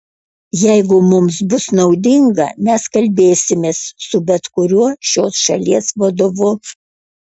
jeigu mums bus naudinga mes kalbėsimės su bet kuriuo šios šalies vadovu